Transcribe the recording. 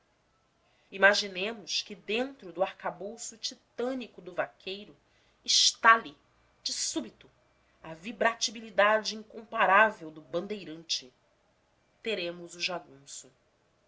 imaginemos que dentro do arcabouço titânico do vaqueiro estale de súbito a vibratibilidade incomparável do bandeirante teremos o jagunço